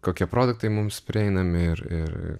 kokie produktai mums prieinami ir ir